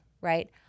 right